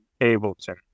Ableton